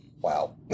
Wow